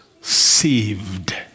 saved